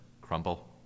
crumble